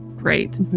great